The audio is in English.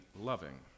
loving